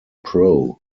pro